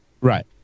Right